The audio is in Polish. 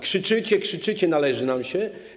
Krzyczycie, krzyczycie, że należy nam się.